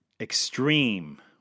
Extreme